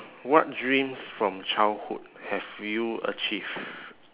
what dreams from childhood have you achieve